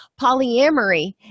Polyamory